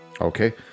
Okay